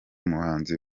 muhanzi